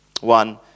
one